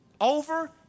Over